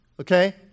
Okay